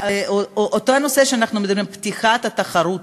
אותו נושא שאנחנו מדברים עליו: פתיחת התחרות,